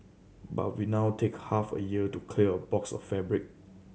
but we now take half a year to clear a box of fabric